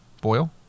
Boil